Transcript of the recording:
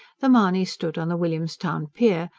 the mahonys stood on the william's town pier,